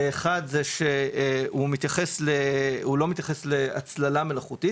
והאחד הוא לא מתייחס להצללה מלאכותית.